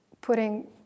putting